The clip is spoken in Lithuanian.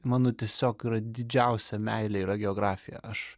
mano tiesiog yra didžiausia meilė yra geografija aš